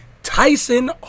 Tyson